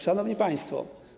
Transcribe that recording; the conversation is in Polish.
Szanowni Państwo!